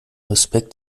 respekt